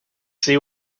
see